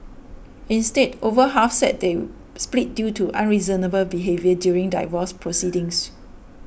instead over half said they split due to unreasonable behaviour during divorce proceedings